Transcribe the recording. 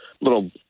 little